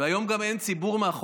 והיום גם אין ציבור מאחוריך.